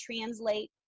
translate